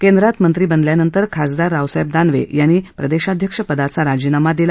केंद्रात मंत्री बनल्यानंतर खासदार रावसाहेब दानवे यांनी प्रदेशाध्यक्षपदाचा राजीनामा दिला